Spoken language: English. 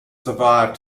survived